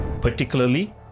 Particularly